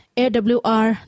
awr